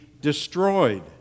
destroyed